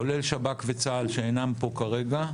כולל שב"כ וצה"ל שאינם פה כרגע,